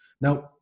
Now